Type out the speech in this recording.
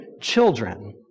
children